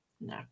no